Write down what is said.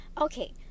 Okay